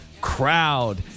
crowd